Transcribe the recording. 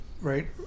right